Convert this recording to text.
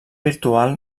virtual